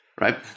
Right